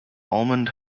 almond